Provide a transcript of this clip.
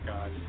God